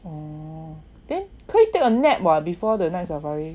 oh then 可以 take a nap what before the night safari